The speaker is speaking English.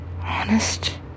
Honest